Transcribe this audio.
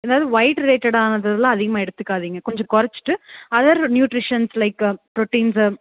அதாவது ஒயிட் ரிலேட்டடானது எல்லாம் அதிகமாக எடுத்துக்காதீங்க கொஞ்சம் குறச்சுட்டு அதர் நியூட்ரிஷன்ஸ் லைக்கு புரோட்டின்ஸ்ஸு